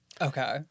Okay